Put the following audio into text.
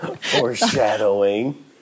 Foreshadowing